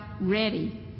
ready